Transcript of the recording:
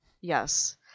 Yes